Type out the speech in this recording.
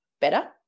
better